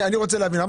אני רוצה להבין.